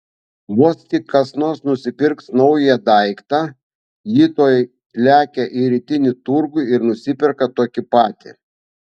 vos tik kas nors nusipirks naują daiktą ji tuoj lekia į rytinį turgų ir nusiperka tokį patį